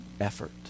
effort